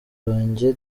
banjye